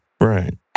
right